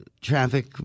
traffic